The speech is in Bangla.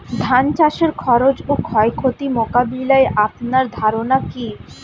ধান চাষের খরচ ও ক্ষয়ক্ষতি মোকাবিলায় আপনার ধারণা কী?